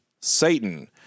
Satan